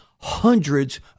hundreds